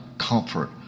Comfort